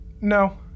No